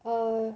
err